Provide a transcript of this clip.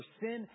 sin